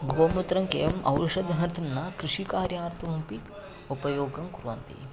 गोमूत्रं केवलम् औषधार्थं न कृषिकार्यार्थमपि उपयोगं कुर्वन्ति